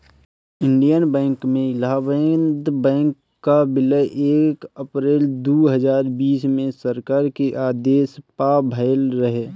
Indian bank में Allahabad bank कअ विलय एक अप्रैल दू हजार बीस में सरकार के आदेश पअ भयल रहे